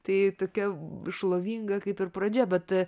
tai tokia šlovinga kaip ir pradžia bet